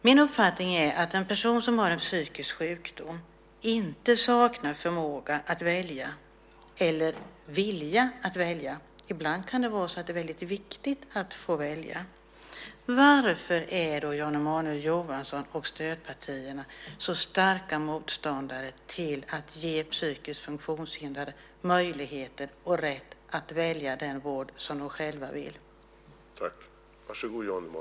Min uppfattning är att en person som har en psykisk sjukdom inte saknar förmåga att välja eller vilja att välja - ibland kan det vara väldigt viktigt att få välja. Varför är då Jan Emanuel Johansson och stödpartierna så starka motståndare till att ge psykiskt funktionshindrade möjlighet och rätt att välja den vård som de själva vill ha?